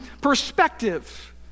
perspective